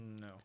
No